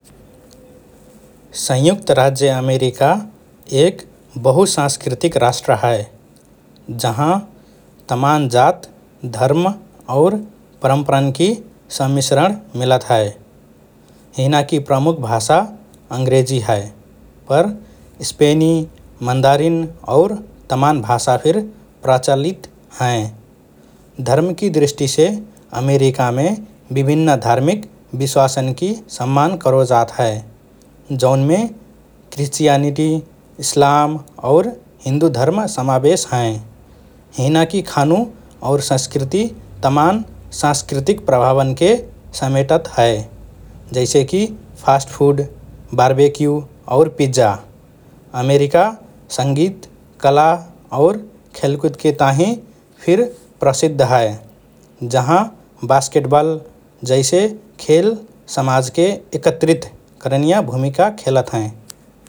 संयुक्त राज्य अमेरिका एक बहुसांस्कृतिक राष्ट्र हए, जहाँ तमान् जात, धर्म और परम्परान्कि समिश्रण मिलत हए । हिनाकि प्रमुख भाषा अंग्रेजी हए पर स्पेनी, मन्दारिन और तमान् भाषा फिर प्रचलित हएँ । धर्मकि दृष्टिसे, अमेरिकामे विभिन्न धार्मिक विश्वासन्कि सम्मान करो जात हए, जौनमे क्रिस्चियनिटी, इस्लाम, और हिन्दू धर्म समावेश हएँ । हिनाकि खानु और संस्कृति तमान् सांस्कृतिक प्रभावन्के समेटत हए जैसेकि फास्ट फुड, बारबेक्यु और पिज्जा । अमेरिका संगीत, कला, और खेलकुदके ताहिँ फिर प्रसिद्ध हए जहाँ बास्केटबल जैसे खेल समाजके एकत्रित करनिया भूमिका खेलत हएँ ।